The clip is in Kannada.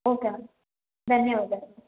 ಓಕೆ ಮ್ಯಾಮ್ ಧನ್ಯವಾದಗಳು